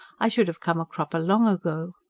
i should have come a cropper long ago.